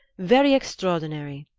very extraordinary,